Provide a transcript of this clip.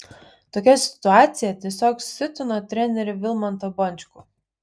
tokia situacija tiesiog siutino trenerį vilmantą bončkų